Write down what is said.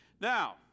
Now